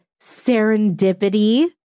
serendipity